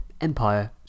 Empire